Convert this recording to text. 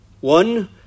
One